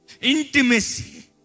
intimacy